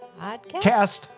podcast